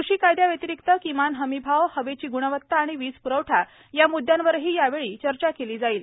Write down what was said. कृषी कायद्यांव्यतिरिक्त किमान हमी भाव हवेची ग्णवत्ता आणि वीजप्रवठा या मुद्यांवरही यावेळी चर्चा केली जाईल